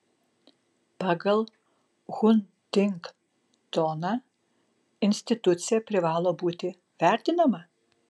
pagal huntingtoną institucija privalo būti vertinama